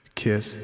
kiss